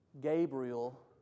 Gabriel